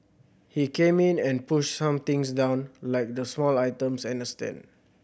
he came in and pushed some things down like the small items and a stand